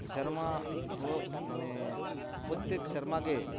ᱥᱮᱨᱢᱟ ᱢᱟᱱᱮ ᱯᱨᱚᱛᱛᱮᱠ ᱥᱮᱨᱢᱟᱜᱮ